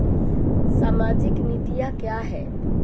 सामाजिक नीतियाँ क्या हैं?